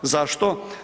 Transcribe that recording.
Zašto?